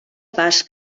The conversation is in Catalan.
pas